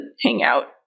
hangout